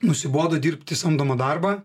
nusibodo dirbti samdomą darbą